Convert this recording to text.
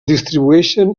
distribueixen